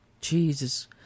Jesus